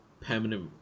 permanent